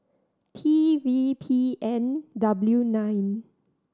T V P N W nine